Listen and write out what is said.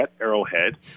Arrowhead